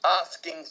asking